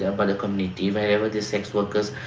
ah by the community wherever the sex workers,